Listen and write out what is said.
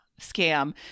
scam